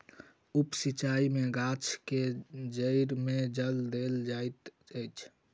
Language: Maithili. उप सिचाई में गाछ के जइड़ में जल देल जाइत अछि